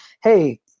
hey